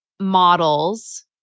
models